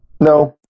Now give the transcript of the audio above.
No